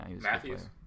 Matthews